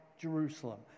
Jerusalem